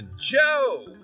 Joe